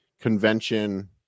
convention